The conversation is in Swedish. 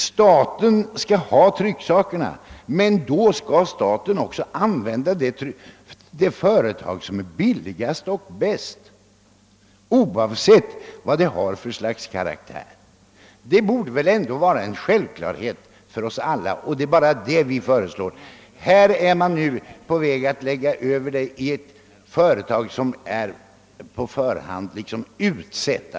Staten skall naturligtvis anlita det företag som är billigast och bäst, oavsett vilken karaktär det har — det borde vara självklart för alla, och det är bara detta som vi föreslår. Här står man i begrepp att på förhand utse det företag som skall ombesörja arbetet.